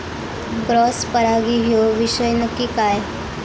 Cross परागी ह्यो विषय नक्की काय?